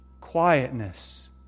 quietness